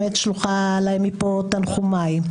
אני שולחת להם מכאן תנחומיי.